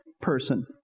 person